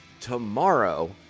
Tomorrow